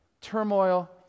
turmoil